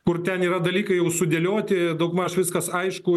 kur ten yra dalykai jau sudėlioti daugmaž viskas aišku